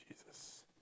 Jesus